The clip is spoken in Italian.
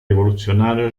rivoluzionario